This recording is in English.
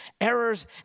errors